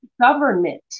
Government